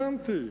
הבנתי.